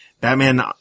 Batman